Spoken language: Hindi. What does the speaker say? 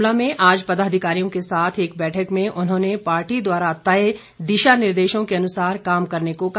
शिमला में आज पदाधिकारियों के साथ एक बैठक में उन्होंने पार्टी द्वारा तय दिशा निर्देशों के अनुसार काम करने को कहा